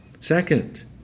second